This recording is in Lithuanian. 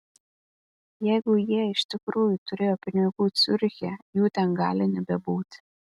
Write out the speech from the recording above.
jeigu jie iš tikrųjų turėjo pinigų ciuriche jų ten gali nebebūti